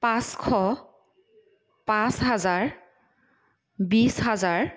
পাঁচশ পাঁচ হাজাৰ বিছ হাজাৰ